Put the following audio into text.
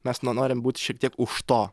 mes nu norim būt šiek tiek už to